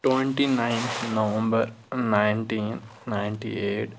twenty nine November nineteen ninety eight